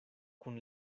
kun